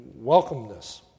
welcomeness